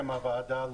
הבריאות.